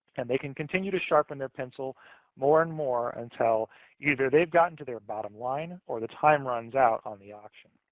and they can continue to sharpen their pencil more and more until either they've gotten to their bottom line, or the time runs out on the auction.